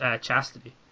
chastity